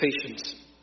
patience